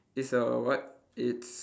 it's a what it's